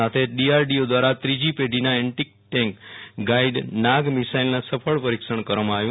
સાથે જ ડીઆરડીઓ દ્વારા ત્રીજી પેઢીના એન્ટીટેંક ગાઈડ નાગ મિસાઈલના સફળ પરીક્ષણ કરવામાં આવ્યું